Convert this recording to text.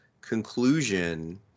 conclusion